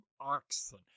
oxen